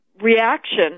reaction